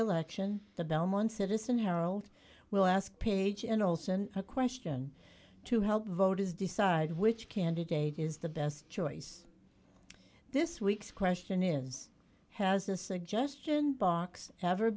election the belmont citizen harold will ask page and olsen a question to help voters decide which candidate is the best choice this week's question is has the suggestion box ever